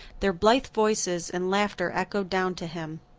their blithe voices and laughter echoed down to him.